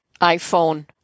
iPhone